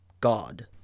God